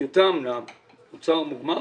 אמנם כטיוטה,